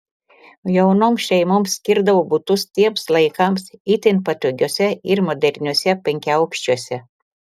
jaunoms šeimoms skirdavo butus tiems laikams itin patogiuose ir moderniuose penkiaaukščiuose